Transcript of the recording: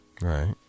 right